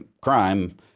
crime